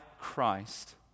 Christ